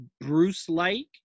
bruce-like